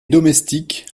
domestiques